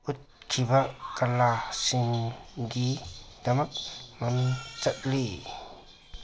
ꯎꯠꯈꯤꯕ ꯀꯂꯥꯁꯤꯡ ꯀꯂꯥꯁꯤꯡꯒꯤꯗꯃꯛ ꯃꯃꯤꯡ ꯆꯠꯂꯤ